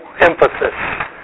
emphasis